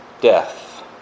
death